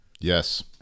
Yes